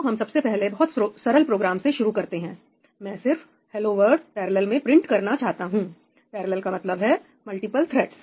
तो हम सबसे पहले बहुत सरल प्रोग्राम से शुरू करते हैं मैं सिर्फ 'हेलो वर्ल्ड' पैरेलल में प्रिंट करना चाहता हूं पैरलल का मतलब है मल्टीपल थ्रेड्स